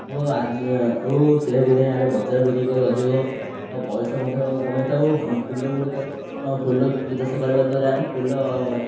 ଓ ଓ ସେୟାକୁ ନେଇ ଆମେ ବଜାର ବିକ୍ରି କରି ଅଧିକ ପଇସା ମଧ୍ୟ କମାଇଥାଉ ଫୁଲ ଗୁଡ଼ିକ ଫୁଲ ଫୁଲ ଚାଷ କରିବା ଦ୍ୱାରା ଫୁଲ